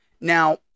Now